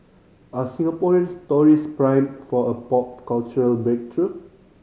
are Singaporean stories primed for a pop cultural breakthrough